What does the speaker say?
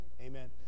Amen